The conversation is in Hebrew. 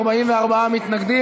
אוסאמה סעדי,